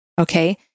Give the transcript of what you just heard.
okay